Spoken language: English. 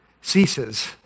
ceases